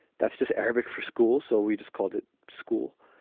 that's just arabic for schools. so we just called it school.